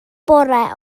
bore